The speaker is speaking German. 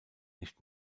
nicht